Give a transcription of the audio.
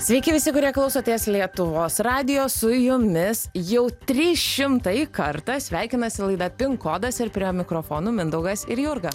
sveiki visi kurie klausotės lietuvos radijo su jumis jau trys šimtai kartą sveikinasi laida pinkodas ir prie mikrofonų mindaugas ir jurga